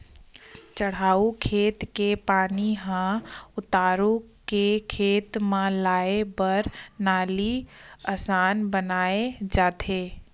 चड़हउ खेत के पानी ह उतारू के खेत म लाए बर नाली असन बनाए जाथे